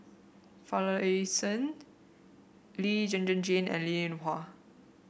Finlayson Lee Zhen Zhen Jane and Linn In Hua